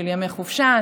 של ימי חופשה,